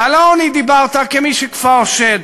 ועל העוני דיברת כמי שכפאו שד.